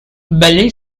belly